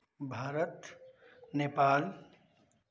Bharat Nepal